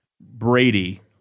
Brady